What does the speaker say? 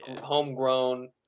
homegrown